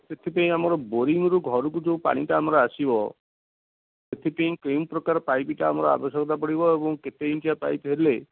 ସେଥିପାଇଁ ଆମର ବୋରିଂରୁ ଘରକୁ ଯେଉଁ ପାଣିଟା ଆମର ଆସିବ ସେଥିପାଇଁ କେଉଁ ପ୍ରକାର ପାଇପିଟା ଆମର ଆବଶ୍ୟକତା ପଡ଼ିବ ଏବଂ କେତେ ଇଞ୍ଚିଆ ପାଇପି ହେଲେ